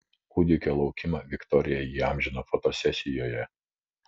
kūdikio laukimą viktorija įamžino fotosesijoje